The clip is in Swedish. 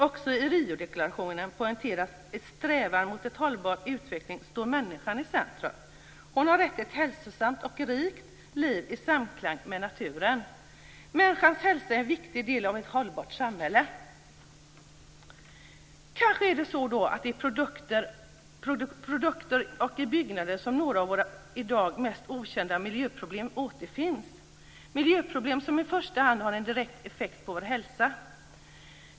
Också i Riodeklarationen poängteras att i "strävan mot en hållbar utveckling står människan i centrum. Hon har rätt till ett hälsosamt och rikt liv i samklang med naturen." Människors hälsa är en viktig del av ett hållbart samhälle. Kanske är det så att det är i produkter och i byggnader som några av våra i dag mest okända miljöproblem återfinns, miljöproblem som i första hand har en direkt effekt på vår hälsa.